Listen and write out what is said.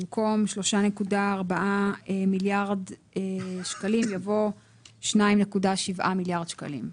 במקום "3.4 מיליארד שקלים" יבוא "2.7 מיליארד שקלים".